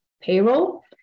payroll